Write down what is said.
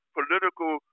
political